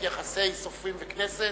יחסי סופרים וכנסת.